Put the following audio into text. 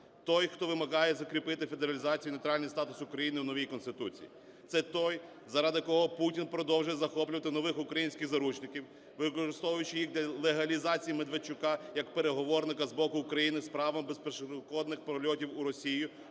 Той, хто вимагає закріпити федералізацію, нейтральний статус України у новій Конституції; це той, заради кого Путін продовжує захоплювати нових українських заручників, використовуючи їх для легалізації Медведчука як переговорника з боку України з правом безперешкодних перельотів у Росію,